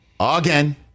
Again